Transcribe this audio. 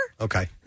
Okay